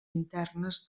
internes